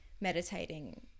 meditating